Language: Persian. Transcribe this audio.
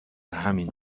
همین